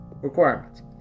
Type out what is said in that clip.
requirements